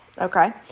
okay